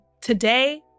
today